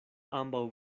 ambaŭ